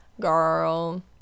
Girl